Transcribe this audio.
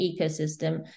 ecosystem